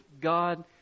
God